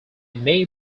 may